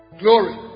glory